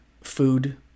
food